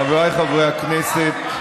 חבריי חברי הכנסת,